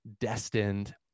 destined